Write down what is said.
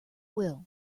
will